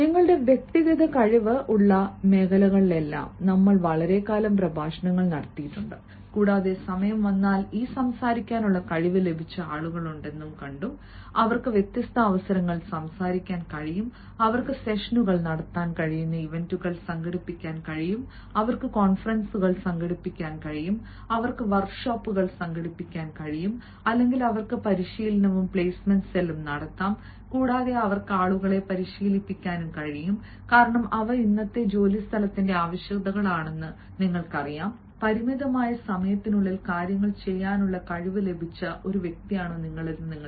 നിങ്ങളുടെ വ്യക്തിഗത കഴിവു ഉള്ള മേഖലകളിലെല്ലാം നമ്മൾ വളരെക്കാലം പ്രഭാഷണങ്ങൾ നടത്തിയിട്ടുണ്ട് കൂടാതെ സമയം വന്നാൽ ഈ സംസാരിക്കാനുള്ള കഴിവ് ലഭിച്ച ആളുകളുണ്ടെന്നും കണ്ടു അവർക്ക് വ്യത്യസ്ത അവസരങ്ങളിൽ സംസാരിക്കാൻ കഴിയും അവർക്ക് സെഷനുകൾ നടത്താൻ കഴിയുന്ന ഇവന്റുകൾ സംഘടിപ്പിക്കാൻ കഴിയും അവർക്ക് കോൺഫറൻസുകൾ സംഘടിപ്പിക്കാൻ കഴിയും അവർക്ക് വർക്ക് ഷോപ്പുകൾ സംഘടിപ്പിക്കാൻ കഴിയും അല്ലെങ്കിൽ അവർക്ക് പരിശീലനവും പ്ലേസ്മെന്റ് സെല്ലും നടത്താം കൂടാതെ അവർക്ക് ആളുകളെ പരിശീലിപ്പിക്കാനും കഴിയും കാരണം ഇവ ഇന്നത്തെ ജോലിസ്ഥലത്തിന്റെ ആവശ്യകതകളാണെന്ന് നിങ്ങൾക്കറിയാം പരിമിതമായ സമയത്തിനുള്ളിൽ കാര്യങ്ങൾ ചെയ്യാനുള്ള കഴിവ് ലഭിച്ച ഒരു വ്യക്തിയാണോ നിങ്ങൾ